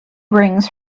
brings